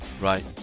Right